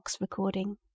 recording